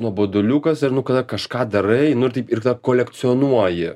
nuoboduliukas ir nu kada kažką darai nu ir taip ir tada kolekcionuoji